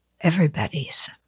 everybody's